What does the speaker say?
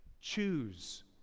Choose